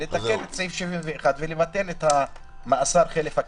לתקן את סעיף 71 ולבטל את מאסר חלף הקנס.